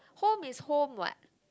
home is home what